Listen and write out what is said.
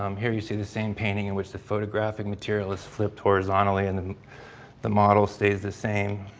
um here, you see the same painting in which the photographic material is flipped horizontally and the model stays the same.